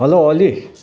hello Ali